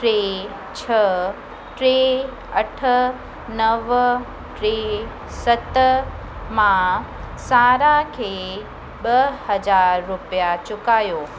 टे छह टे अठ नव टे सत मां सारा खे ॿ हज़ार रुपया चुकायो